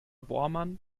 bohrmann